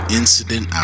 incident